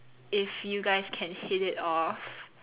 if you guys can hit it off